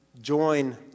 join